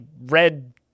red